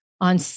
on